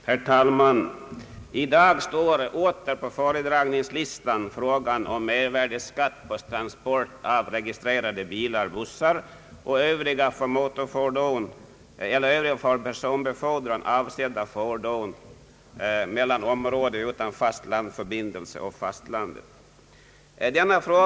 Herr talman! I dag står åter på föredragningslistan frågan om mervärdeskatt på transport av registrerade bilar, bussar och övriga för personbefordran mellan områden utan fast landförbindelse och fastlandet avsedda fordon.